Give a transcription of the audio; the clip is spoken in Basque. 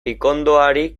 pikondoari